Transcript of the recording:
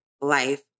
life